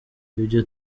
ibyo